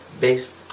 based